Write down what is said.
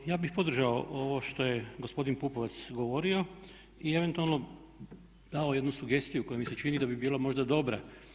Evo ja bih podržao ovo što je gospodin Pupovac govorio i eventualno dao jednu sugestiju koja mi se čini da bi bila možda dobra.